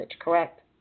correct